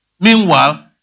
Meanwhile